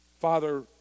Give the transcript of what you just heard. Father